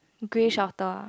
grey shorter ah